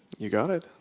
you got it.